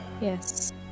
yes